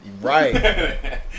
Right